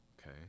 okay